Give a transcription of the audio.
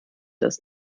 das